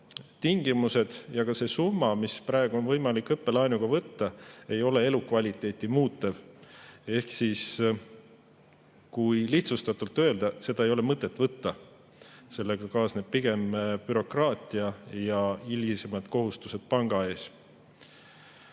tingimused ja see summa, mis praegu on võimalik õppelaenuga võtta, ei ole elukvaliteeti muutev. Ehk siis kui lihtsustatult öelda, seda ei ole mõtet võtta. Sellega kaasnevad pigem [liigne] bürokraatia ja hilisemad kohustused panga